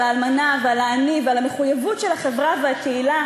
האלמנה ועל העני ועל המחויבות של החברה והקהילה